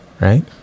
Right